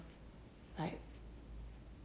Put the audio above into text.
like